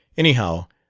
anyhow,